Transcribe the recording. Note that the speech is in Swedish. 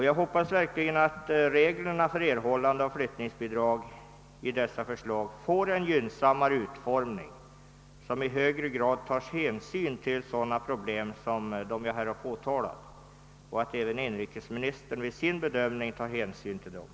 Jag hoppas verkligen också att reglerna för erhållande av flyttningsbidrag får en gynnsammare utformning, som i högre grad tar hänsyn till de här berörda problemen och att även inrikesministern beaktar dem ? sin bedömning.